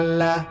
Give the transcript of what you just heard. la